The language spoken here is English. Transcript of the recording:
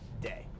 day